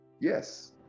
yes